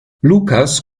lukas